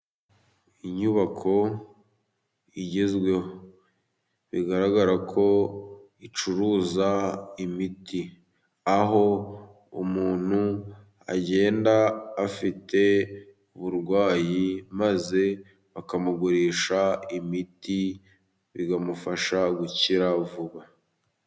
Inyubako igezweho bigaragara ko icuruza imiti, aho umuntu agenda afite uburwayi maze bakamugurisha imiti bikamufasha gukira vuba.